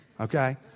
Okay